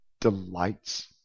delights